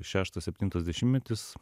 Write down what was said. šeštas septintas dešimtmetis